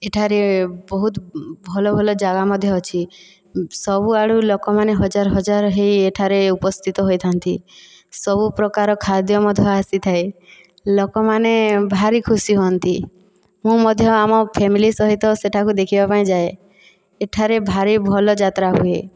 ଏଠାରେ ବହୁତ ଭଲ ଭଲ ଜାଗା ମଧ୍ୟ ଅଛି ସବୁଆଡ଼ୁ ଲୋକମାନେ ହଜାର ହଜାର ହୋଇ ଏଠାରେ ଉପସ୍ଥିତ ହୋଇଥାନ୍ତି ସବୁ ପ୍ରକାର ଖାଦ୍ୟ ମଧ୍ୟ ଆସିଥାଏ ଲୋକମାନେ ଭାରି ଖୁସି ହୁଅନ୍ତି ମୁଁ ମଧ୍ୟ ଆମ ଫ୍ୟାମିଲି ସହିତ ସେଠାକୁ ଦେଖିବା ପାଇଁ ଯାଏ ଏଠାରେ ଭାରି ଭଲ ଯାତ୍ରା ହୁଏ